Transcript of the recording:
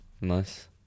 Nice